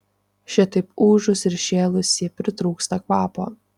šitaip ūžus ir šėlus ji pritrūksta kvapo